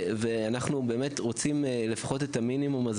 אנחנו באמת רוצים לפחות את המינימום הזה